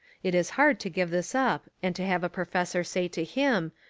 it is hard to give this up and to have a professor say to him,